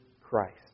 Christ